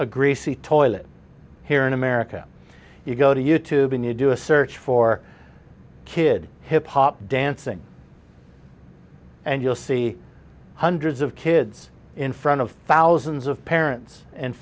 a greasy toilet here in america you go to youtube and you do a search for kid hip hop dancing and you'll see hundreds of kids in front of thousands of parents and